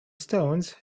stones